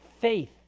faith